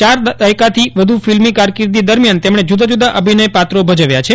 ચાર દાયકાથી વ્ધ ફિલ્મી કારકીર્દી દરમ્યાન તેમણે જૂદા જુદા અભિનય પાત્રો ભજવ્યા છે